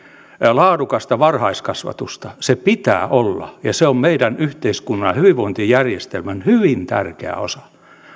laadukasta varhaiskasvatusta sen pitää olla ja se on meidän yhteiskunnan hyvinvointijärjestelmän hyvin tärkeä osa